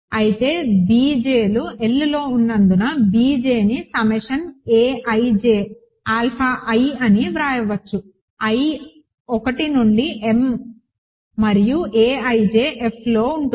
అయితే b jలు L లో ఉన్నందున b j ని summation a ij alpha I అని వ్రాయవచ్చు i 1 నుండి m మరియు a ij F లో ఉంటుంది